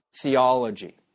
theology